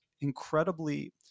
incredibly